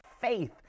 faith